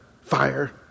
fire